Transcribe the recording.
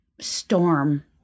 storm